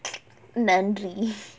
நன்றி:nandri